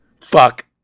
Fuck